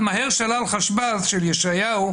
"מהר שלל חש בז" של ישעיהו,